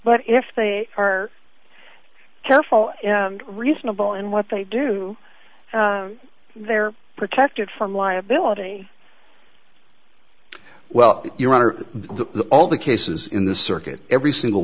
but if they are careful reasonable in what they do they're protected from liability well your honor all the cases in the circuit every single